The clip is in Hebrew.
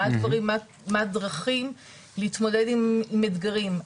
מה הדרכים להתמודד עם אתגרים.